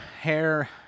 hair